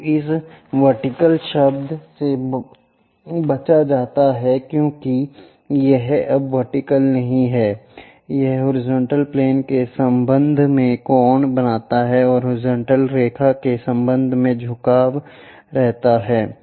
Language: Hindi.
तो इस वर्टिकल शब्द से बचा जाता है क्योंकि यह अब वर्टिकल नहीं है यह हॉरिजॉन्टल प्लेन के संबंध में कोण बनाता है और हॉरिजॉन्टल रेखा के संबंध में झुकाव रखता है